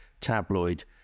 tabloid